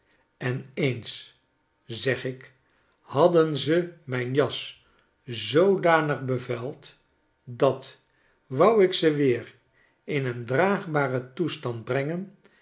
en eens zeg ik hadden ze mijn jas zoodanig bevuild dat wou ik ze weer in een draagbaren toestand brengen